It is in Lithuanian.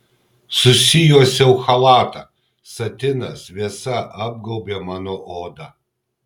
susijuosiau chalatą satinas vėsa apgaubė mano odą